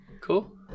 Cool